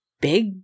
big